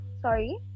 sorry